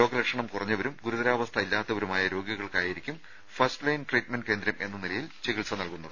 രോഗലക്ഷണം കുറഞ്ഞവരും ഗുരുതരാവസ്ഥ ഇല്ലാത്തവരുമായ രോഗികൾക്കായിരിക്കും ഫസ്റ്റ്ലൈൻ ട്രീറ്റ്മെന്റ് കേന്ദ്രം എന്ന നിലയിൽ ചികിത്സ നൽകുന്നത്